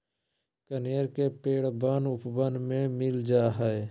कनेर के पेड़ वन उपवन में मिल जा हई